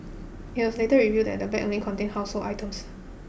it was later revealed that the bag only contained household items